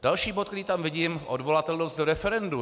Další bod, který tam vidím, odvolatelnost v referendu.